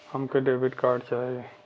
हमके debit card चाही?